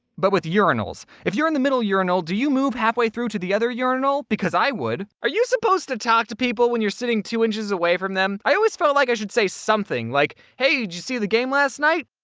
but with urinals. if you're in the middle urinal, do you move halfway through to the other urinal? because i would! are you supposed to talk to people when you're sitting two inches away from them? i always felt like i should say something, like, hey, did you see the game last night?